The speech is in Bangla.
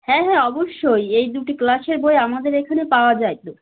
হ্যাঁ হ্যাঁ অবশ্যই এই দুটি ক্লাসের বই আমাদের এইখানে পাওয়া যায় তো